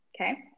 okay